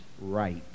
right